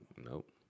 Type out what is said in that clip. Nope